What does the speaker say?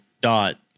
dot